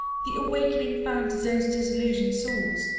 the awakening found those disillusioned souls,